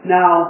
Now